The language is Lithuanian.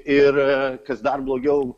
ir kas dar blogiau